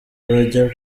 bajya